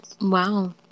Wow